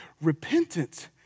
Repentance